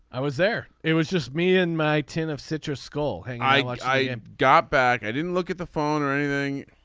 i was there. it was just me and my tin of citrus skull hang i. like i um got back i didn't look at the phone or anything.